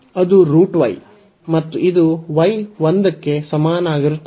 ಅದು √y ಮತ್ತು ಇದು y 1 ಗೆ ಸಮನಾಗಿರುತ್ತದೆ